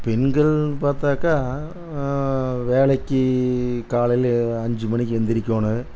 பெண்களெனு பார்த்தாக்கா வேலைக்கு காலையில் அஞ்சு மணிக்கு எழுந்திரிக்கோணும்